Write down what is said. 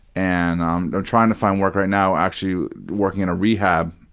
and i'm trying to find work right now actually, working in a rehab.